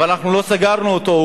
אבל אנחנו לא סגרנו אותו,